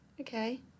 Okay